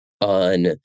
on